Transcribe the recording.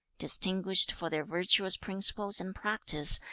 distinguished for their virtuous principles and practice,